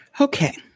Okay